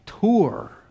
tour